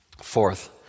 Fourth